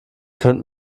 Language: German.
könnt